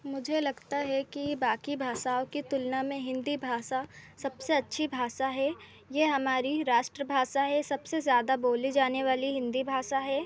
मुझे लगता है कि बाक़ी भाषाओं की तुलना में हिन्दी भाषा सबसे अच्छी भाषा है यह हमारी रास्ट्रभाषा है सबसे ज़्यादा बोली जाने वाली हिन्दी भाषा है